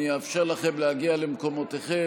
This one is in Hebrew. אני אאפשר לכם להגיע למקומותיכם.